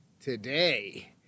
today